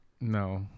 No